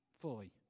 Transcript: fully